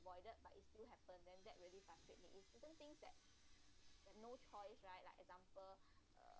avoided but it's still happen then that really frustrates me if certain things that that no choice right like example uh